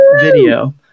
video